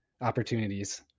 opportunities